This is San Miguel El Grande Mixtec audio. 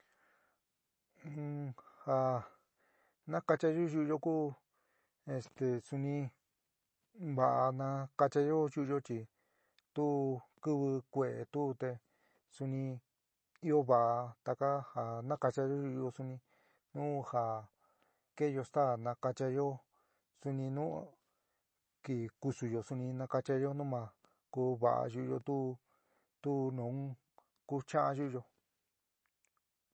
ja nakachayó yu'uyo ku este suni va'a nakachayó yu'uyo chi tu kɨvɨ kue'é tu te suni ɨó va taka ja nakachayó yu'uyo suni nu ja ke'eyo staá nakachayó suni nu kikusuyó suni nakachayó numa koó va'a yu'uyo tu tu nu kucha'án yu'uyo.